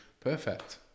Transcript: Perfect